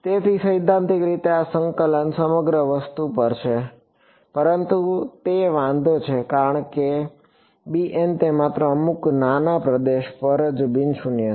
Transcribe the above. તેથી સૈદ્ધાંતિક રીતે આ સંકલન સમગ્ર વસ્તુ પર છે પરંતુ તે વાંધો છે કારણ કે તે માત્ર અમુક નાના પ્રદેશ પર જ બિન શૂન્ય છે